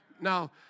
Now